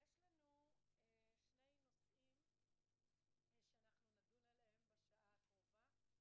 יש לנו שני נושאים שנדון עליהם בשעה הקרובה.